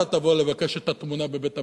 לא אתה תבוא לבקש את התמונה בבית-המשפט,